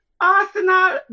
Arsenal